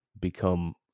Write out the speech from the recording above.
become